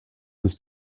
was